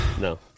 No